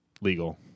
legal